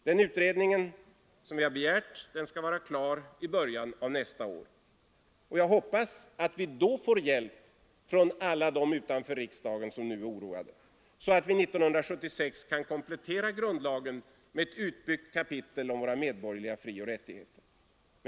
Den utredning som vi har begärt skall vara klar i början av nästa år. Jag hoppas vi då får hjälp från alla dem utanför riksdagen som nu är oroade, så att vi 1976 kan komplettera grundlagen med ett utbyggt kapitel om våra medborgerliga frioch rättigheter.